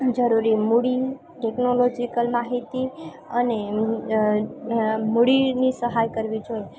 જરૂરી મૂડી ટેક્નોલોજિકલ માહિતી અને મૂડીની સહાય કરવી જોઈએ